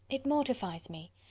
it mortifies me.